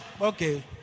Okay